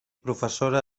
professora